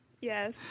Yes